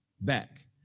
back